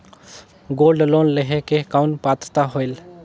Gold loan लेहे के कौन पात्रता होएल?